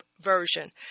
Version